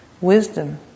wisdom